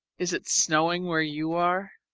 is it snowing where you are?